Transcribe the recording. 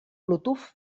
bluetooth